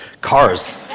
cars